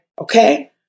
Okay